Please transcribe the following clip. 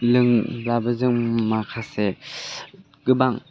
लों दाबो जों माखासे गोबां